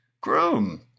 groom